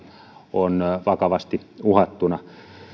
on vakavasti uhattuna